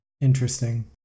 interesting